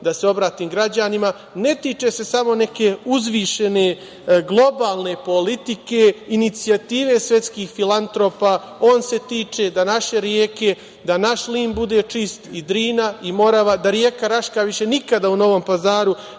da se obratim građanima, ne tiče se samo neke uzvišene globalne politike, inicijative svetskih filantropa. On se tiče da naše reke, da naš Lim bude čist i Drina i Morava, da reka Raška više nikada u Novom Pazaru